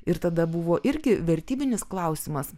ir tada buvo irgi vertybinis klausimas